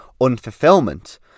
unfulfillment